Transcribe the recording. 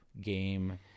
game